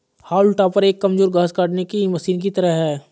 हाउल topper एक कमजोर घास काटने की मशीन की तरह है